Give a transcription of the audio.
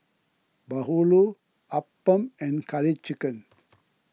Bahulu Appam and Curry Chicken